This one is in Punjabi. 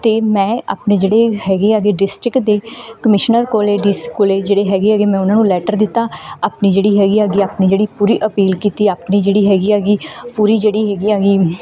ਅਤੇ ਮੈਂ ਆਪਣੇ ਜਿਹੜੇ ਹੈਗੇ ਆਗੇ ਡਿਸਟ੍ਰਿਕਟ ਦੇ ਕਮਿਸ਼ਨਰ ਕੋਲ ਡੀ ਸੀ ਕੋਲ ਜਿਹੜੇ ਹੈਗੇ ਐਗੇ ਮੈਂ ਉਹਨਾਂ ਨੂੰ ਲੈਟਰ ਦਿੱਤਾ ਆਪਣੀ ਜਿਹੜੀ ਹੈਗੀ ਐਗੀ ਆਪਣੀ ਜਿਹੜੀ ਪੂਰੀ ਅਪੀਲ ਕੀਤੀ ਆਪਣੀ ਜਿਹੜੀ ਹੈਗੀ ਐਗੀ ਪੂਰੀ ਜਿਹੜੀ ਹੈਗੀ ਐਗੀ